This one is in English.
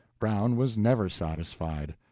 brown was never satisfied.